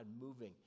moving